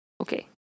Okay